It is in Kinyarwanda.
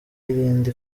irinda